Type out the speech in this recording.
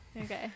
Okay